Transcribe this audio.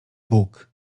bóg